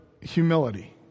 humility